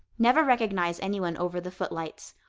never recognize anyone over the footlights.